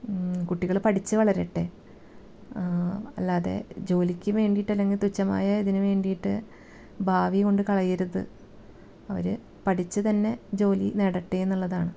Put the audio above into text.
കുട്ടികൾ പഠിച്ച് വളരട്ടെ അല്ലാതെ ജോലിക്ക് വേണ്ടിയിട്ട് അല്ലെങ്കിൽ തുച്ഛമായ ഇതിന് വേണ്ടിയിട്ട് ഭാവി കൊണ്ട് കളയരുത് അവർ പഠിച്ച് തന്നെ ജോലി നേടട്ടെ എന്നുള്ളതാണ്